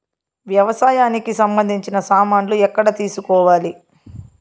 వ్యవసాయానికి సంబంధించిన సామాన్లు ఎక్కడ తీసుకోవాలి?